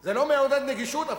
זה לא מעודד נגישות?